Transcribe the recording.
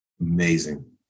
amazing